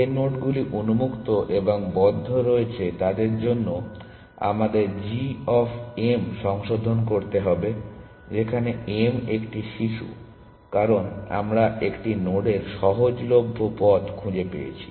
যে নোডগুলি উন্মুক্ত এবং বদ্ধ রয়েছে তাদের জন্য আমাদের g অফ m সংশোধন করতে হবে যেখানে m একটি শিশু কারণ আমরা একটি নোডের সহজলভ্য পথ খুঁজে পেয়েছি